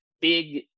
big